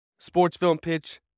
sportsfilmpitch